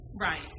Right